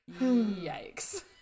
yikes